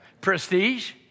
Prestige